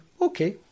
okay